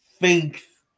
faith